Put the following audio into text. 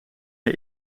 hij